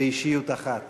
באישיות אחת.